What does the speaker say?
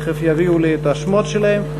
ותכף יביאו לי את השמות שלהם.